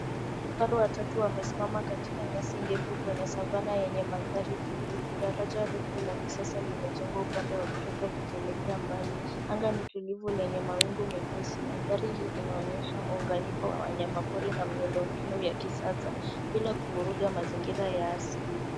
Vifaru watatu wamesimama katika nyasi ndefu kwenye savannah yenye mandhari tulivu. Daraja refu la kisasa limejengwa upande wa kushoto likielekea mbali. Anga ni tulivu na yenye mawingu mepesi. Mandhari hii inaonyesha muunganiko wa wanyama pori na miundo mbinu vya kisasa bila kuvuruga mazingira ya asili.